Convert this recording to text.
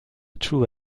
true